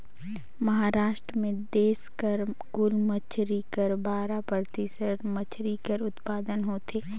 महारास्ट में देस कर कुल मछरी कर बारा परतिसत मछरी कर उत्पादन होथे